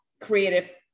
creative